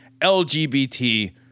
LGBT